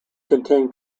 contain